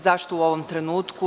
Zašto u ovom trenutku?